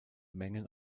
mengen